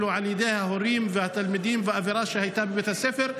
ידי ההורים והתלמידים והאווירה שהייתה בבית הספר.